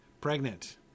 Pregnant